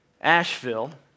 Asheville